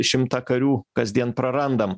šimtą karių kasdien prarandam